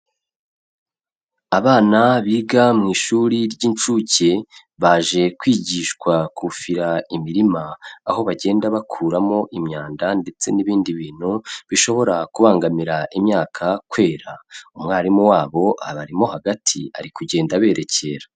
Abana biga mu ishuri ry'inshuke baje kwigishwa kufira imirima, aho bagenda bakuramo imyanda ndetse n'ibindi bintu bishobora kubangamira imyaka kwera, umwarimu wabo abarimo hagati ari kugenda aberekera.